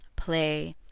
play